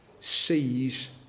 sees